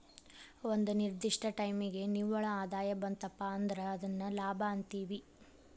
ಒಂದ ನಿರ್ದಿಷ್ಟ ಟೈಮಿಗಿ ನಿವ್ವಳ ಆದಾಯ ಬಂತಪಾ ಅಂದ್ರ ಅದನ್ನ ಲಾಭ ಅಂತೇವಿ